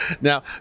Now